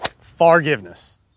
Forgiveness